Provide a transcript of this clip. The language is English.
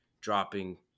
dropping